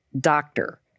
doctor